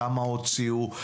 כמה הוציאו,